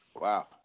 Wow